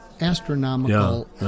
Astronomical